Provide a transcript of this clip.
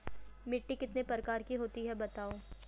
मिट्टी कितने प्रकार की होती हैं बताओ?